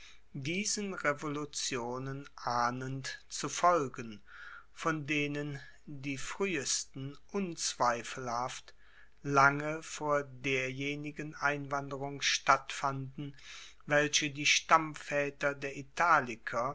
diesen revolutionen ahnend zu folgen von denen die fruehesten unzweifelhaft lange vor derjenigen einwanderung stattfanden welche die stammvaeter der italiker